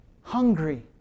hungry